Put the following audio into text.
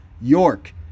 York